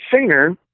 singer